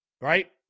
right